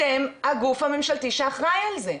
אתם הגוף הממשלתי שאחראי על זה.